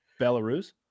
belarus